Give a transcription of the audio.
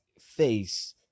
face